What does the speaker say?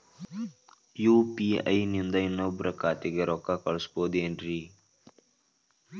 UPI ನಿಂದ ಇನ್ನೊಬ್ರ ಖಾತೆಗೆ ರೊಕ್ಕ ಕಳ್ಸಬಹುದೇನ್ರಿ?